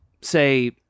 say